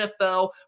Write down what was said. NFL